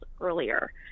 earlier